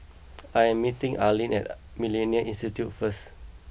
I am meeting Arlene at Millennia Institute first